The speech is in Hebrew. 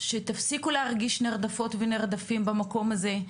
שתפסיקו להרגיש נרדפות ונרדפים במקום הזה,